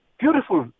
beautiful